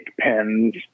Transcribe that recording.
pens